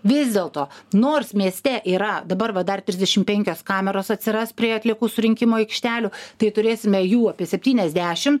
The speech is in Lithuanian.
vis dėlto nors mieste yra dabar va dar trisdešim penkios kameros atsiras prie atliekų surinkimo aikštelių tai turėsime jų apie septyniasdešim